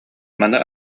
маны